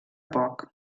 poc